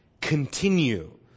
continue